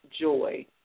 joy